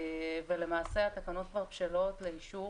למעשה, התקנות כבר בשלות לאישור.